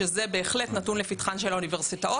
שזה בהחלט נתון לפתחן של האוניברסיטאות